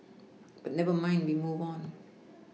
but never mind we move on